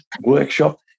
workshop